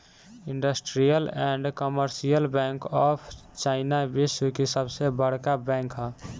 industrial and commercial bank of China विश्व की सबसे बड़का बैंक ह